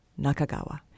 Nakagawa